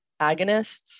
agonists